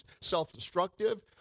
self-destructive